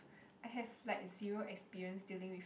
I have like zero experience dealing with